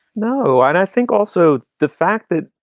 no, i don't think also the fact that